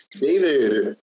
David